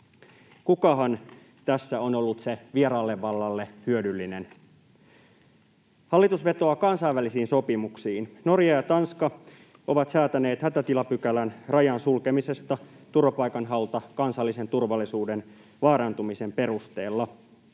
Kukahan tässä on ollut se vieraalle vallalle hyödyllinen? Hallitus vetoaa kansainvälisiin sopimuksiin. Norja ja Tanska ovat säätäneet hätätilapykälän rajan sulkemisesta turvapaikan haulta kansallisen turvallisuuden vaarantumisen perusteella,